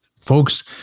folks